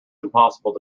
impossible